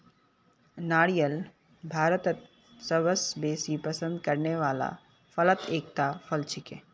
नारियल भारतत सबस बेसी पसंद करने वाला फलत एकता फल छिके